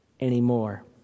anymore